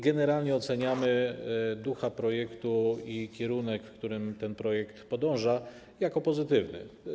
Generalnie oceniamy ducha projektu i kierunek, w którym ten projekt podąża, pozytywnie.